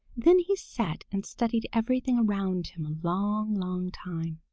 then he sat and studied everything around him a long, long time.